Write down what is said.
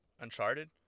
Uncharted